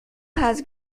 has